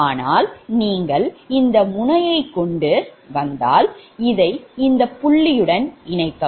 ஆனால் நீங்கள் இந்த முனையைக் கொண்டு வந்தால் இதை இந்த புள்ளியுடன் இணைக்கவும்